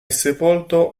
sepolto